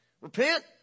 Repent